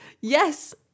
Yes